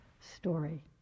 story